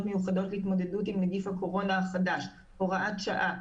מיוחדות להתמודדות עם נגיף הקורונה החדש (הוראת שעה),